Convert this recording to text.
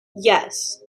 yes